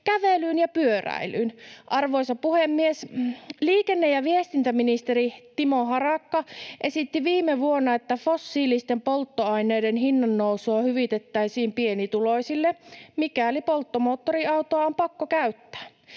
kävelyyn ja pyöräilyyn. Arvoisa puhemies! Liikenne‑ ja viestintäministeri Timo Harakka esitti viime vuonna, että fossiilisten polttoaineiden hinnannousua hyvitettäisiin pienituloisille, mikäli polttomoottoriautoa on pakko käyttää.